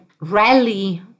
rally